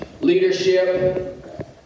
leadership